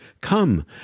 come